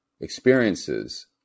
experiences